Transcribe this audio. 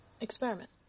experiment